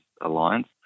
Alliance